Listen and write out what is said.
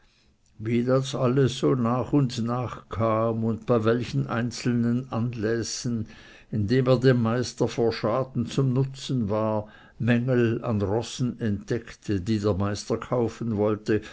wie das alles so nach und nach kam und bei welchen einzelnen anlässen indem er dem meister vor schaden zum nutzen war mängel an rossen entdeckte die der meister kaufen wollte